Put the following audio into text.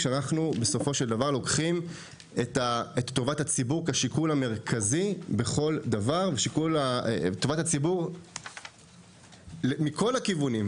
ואנחנו ניקח את טובת הציבור כשיקול המרכזי בכל דבר ומכל הכיוונים,